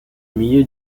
milieu